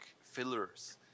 fillers